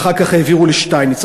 ואחר כך העבירו לשטייניץ.